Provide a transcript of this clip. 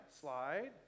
slide